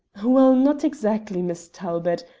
well, not exactly, miss talbot.